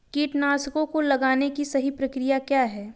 कीटनाशकों को लगाने की सही प्रक्रिया क्या है?